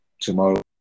tomorrow